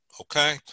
okay